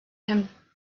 him